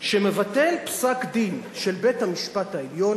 שמבטל פסק-דין של בית-המשפט העליון,